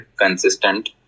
consistent